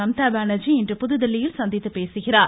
மம்தாபானர்ஜி இன்று புதுதில்லியில் சந்தித்து பேசுகிறார்